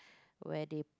where they